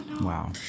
Wow